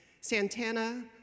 Santana